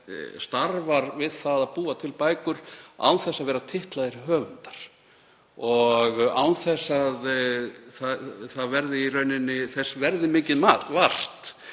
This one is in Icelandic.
starfar við það að búa til bækur án þess að vera titlað höfundar og án þess að þess verði mikið vart